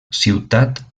ciutat